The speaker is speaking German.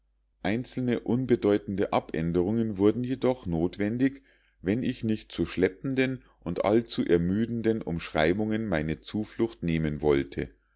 einzelne unbedeutende abänderungen wurden jedoch nothwendig wenn ich nicht zu schleppenden und allzu ermüdenden umschreibungen meine zuflucht nehmen wollte